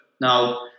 Now